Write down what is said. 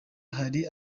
hari